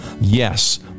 Yes